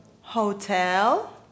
HOTEL